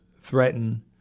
threaten